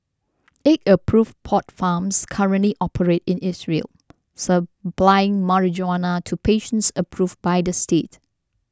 eight approved pot farms currently operate in Israel supplying marijuana to patients approved by the state